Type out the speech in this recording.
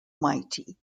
mighty